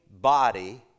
body